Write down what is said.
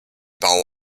bau